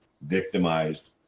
victimized